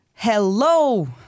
Hello